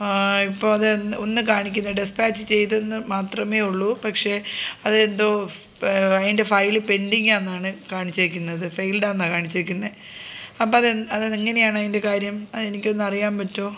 ഇപ്പം അത് ഒന്ന് കാണിക്കുന്നു ഡെസ്പാച്ച് ചെയ്തെന്ന് മാത്രമേ ഉള്ളു പക്ഷേ അതെന്തോ അതിൻ്റെ ഫയല് പെൻ്റിങ്ങാണെന്നാണ് കാണിച്ചിരിക്കുന്നത് ഫെയിൽഡാണെന്നാണ് കാണിച്ചിരിക്കുന്നത് അപ്പോഴത് അതെങ്ങനെയാണ് അതിൻ്റെ കാര്യം അതെനിക്കൊന്ന് അറിയാൻ പറ്റുമോ